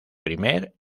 primer